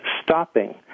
stopping